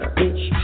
bitch